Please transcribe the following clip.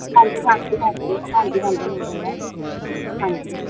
ਹਾਂਜੀ ਹਾਂਜੀ ਹਾਂਜੀ ਹਾਂਜੀ ਹਾਂਜੀ ਮਿਲ ਜਾਂਦਾ ਹਾਂਜੀ